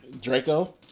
Draco